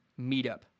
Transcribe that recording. meetup